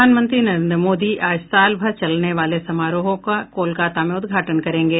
प्रधानमंत्री नरेन्द्र मोदी आज साल भर चलने वाले समारोहों का कोलकाता में उद्घाटन करेंगे